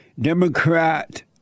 Democrat